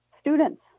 students